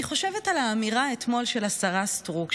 אני חושבת על האמירה אתמול של השרה סטרוק,